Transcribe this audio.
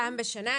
פעם בשנה.